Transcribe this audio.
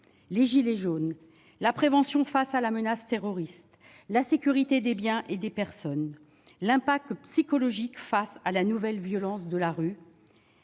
:« gilets jaunes », prévention face à la menace terroriste, sécurité des biens et des personnes, impact psychologique face à la nouvelle violence de la rue